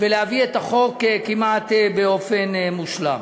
ולהביא את החוק כמעט באופן מושלם.